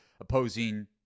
opposing